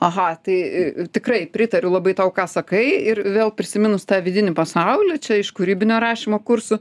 aha tai tikrai pritariu labai tau ką sakai ir vėl prisiminus tą vidinį pasaulį čia iš kūrybinio rašymo kursų